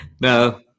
No